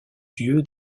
dieu